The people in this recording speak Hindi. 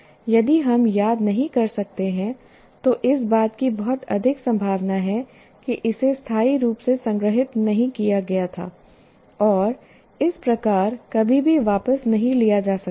यदि हम याद नहीं कर सकते हैं तो इस बात की बहुत अधिक संभावना है कि इसे स्थायी रूप से संग्रहीत नहीं किया गया था और इस प्रकार कभी भी वापस नहीं लिया जा सकता है